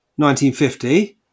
1950